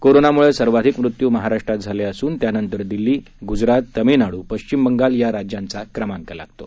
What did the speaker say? कोरोनाम्ळं सर्वाधिक मृत्यू महाराष्ट्रात झाले असून त्यानंतर दिल्ली ग्जरात तमिळनाडू पश्चिम बंगाल या राज्यांचा क्रमांक लागतो